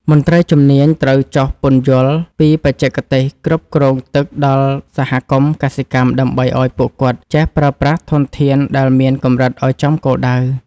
មន្ត្រីជំនាញត្រូវចុះពន្យល់ពីបច្ចេកទេសគ្រប់គ្រងទឹកដល់សហគមន៍កសិកម្មដើម្បីឱ្យពួកគាត់ចេះប្រើប្រាស់ធនធានដែលមានកម្រិតឱ្យចំគោលដៅ។